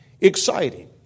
exciting